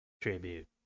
Tribute